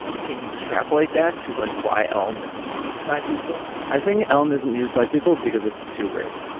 can you extrapolate that to but why elm isn't used by people? i think elm isn't used by people because it's too weird.